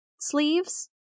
sleeves